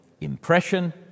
impression